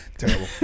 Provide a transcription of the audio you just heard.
terrible